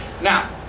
Now